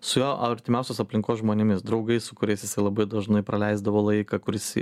su jo artimiausios aplinkos žmonėmis draugais su kuriais jisai labai dažnai praleisdavo laiką kuris